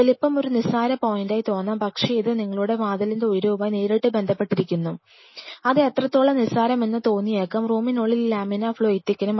വലുപ്പം ഒരു നിസ്സാര പോയിന്റായി തോന്നാം പക്ഷേ ഇത് നിങ്ങളുടെ വാതിലിന്റെ ഉയരവുമായി നേരിട്ട് ബന്ധപ്പെട്ടിരിക്കുന്നു അത് എത്രത്തോളം നിസ്സാരമെന്ന് തോന്നിയേക്കാം റൂമിനുള്ളിൽ ഈ ലാമിനാർ ഫ്ലോ എത്തിക്കണം